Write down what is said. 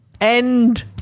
end